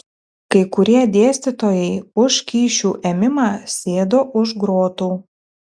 kai kurie dėstytojai už kyšių ėmimą sėdo už grotų